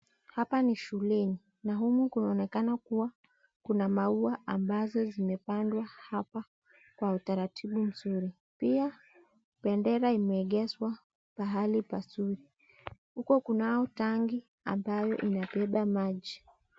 Hapa ni shuleni, na humu kunaonekana kuwa kuna maua ambazo zimepanda hapa, kwa utaratibu msuri. Pia, pendera imeegeswa, pahali pasuri. Huko kunao tangi, ambayo inabepa maji.